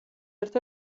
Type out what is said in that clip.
ერთ